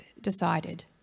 decided